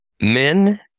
men